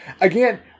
again